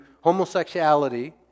homosexuality